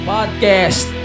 Podcast